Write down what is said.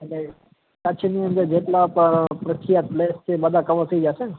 એટલે કચ્છની અંદર જેટલાં પણ પ્રખ્યાત પ્લેસ છે એ બધા કવર થઇ જશે ને